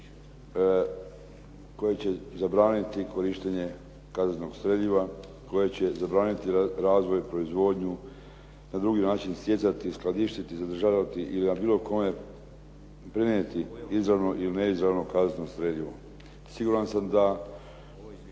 koje će zabraniti korištenje kazetnog streljiva, koje će zabraniti razvoj, proizvodnju, na drugi način stjecati, skladištiti, zadržavati ili na bilo kome prenijeti izravno ili neizravno kazetno streljivo. Siguran sam da